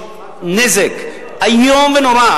היא נזק איום ונורא.